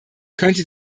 könnte